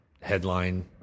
headline